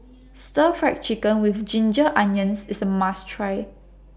Stir Fry Chicken with Ginger Onions IS A must Try